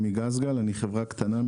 אפשר להגיד משהו, אני מ"גז גל", חברה קטנה?